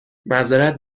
معذرت